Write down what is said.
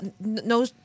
No